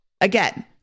Again